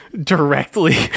directly